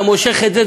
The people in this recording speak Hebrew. אתה מושך את זה,